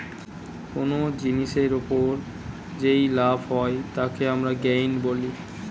কোন জিনিসের ওপর যেই লাভ হয় তাকে আমরা গেইন বলি